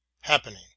happening